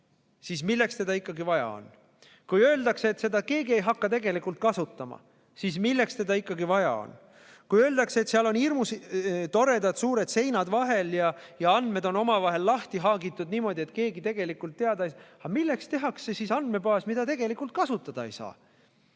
siis milleks seda vaja on? Kui öeldakse, et seda ei hakka keegi kasutama, siis milleks seda vaja on? Kui öeldakse, et seal on hirmus toredad suured seinad vahel ja andmed on üksteisest lahti haagitud niimoodi, et keegi tegelikult teada ei saa, siis milleks tehakse andmebaas, mida tegelikult kasutada ei saa?